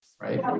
right